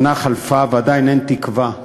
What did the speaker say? שנה חלפה ועדיין אין תקווה,